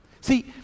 See